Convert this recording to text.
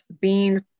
beans